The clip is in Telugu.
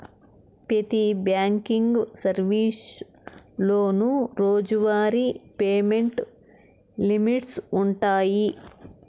పెతి బ్యాంకింగ్ సర్వీసులోనూ రోజువారీ పేమెంట్ లిమిట్స్ వుండాయి